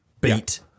beat